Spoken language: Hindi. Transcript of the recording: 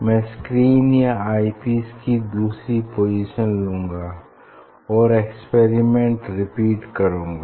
मैं स्क्रीन या आई पीस की दूसरी पोजीशन लूंगा और एक्सपेरिमेंट रिपीट करूँगा